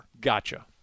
Gotcha